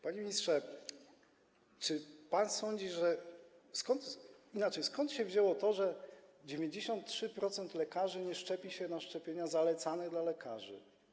Panie ministrze, czy pan sądzi, że... Inaczej, skąd się wzięło to, że 93% lekarzy nie szczepi się na szczepienia zalecane dla lekarzy?